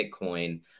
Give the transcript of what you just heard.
Bitcoin